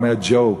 הוא עונה: ג'ו.